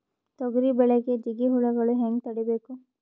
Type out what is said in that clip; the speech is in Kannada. ತೊಗರಿ ಬೆಳೆಗೆ ಜಿಗಿ ಹುಳುಗಳು ಹ್ಯಾಂಗ್ ತಡೀಬೇಕು?